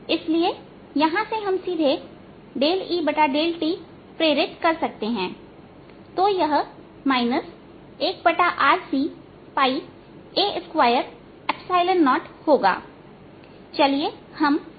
इसलिए यहां से हम सीधे Et प्रेरित कर सकते हैं तो यह 1Rca20होगा चलिए हम 1 नहीं लिखते हैं